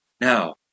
Now